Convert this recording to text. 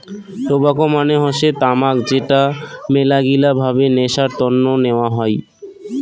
tobacco মানে হসে তামাক যেটা মেলাগিলা ভাবে নেশার তন্ন নেওয়া হই